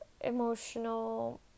emotional